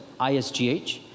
ISGH